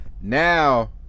Now